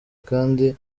kandi